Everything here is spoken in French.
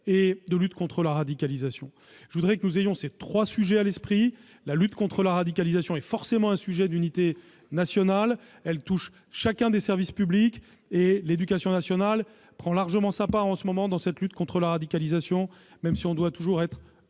et de lutte contre la radicalisation. Je voudrais que nous ayons ces trois sujets à l'esprit. La lutte contre la radicalisation est par définition un sujet d'unité nationale ; elle concerne chacun des services publics, et l'éducation nationale y prend largement sa part en ce moment, même si l'on doit toujours être